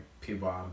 people